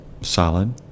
solid